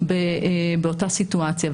באותה סיטואציה.